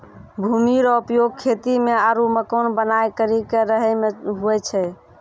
भूमि रो उपयोग खेती मे आरु मकान बनाय करि के रहै मे हुवै छै